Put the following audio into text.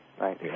right